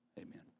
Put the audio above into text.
Amen